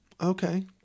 Okay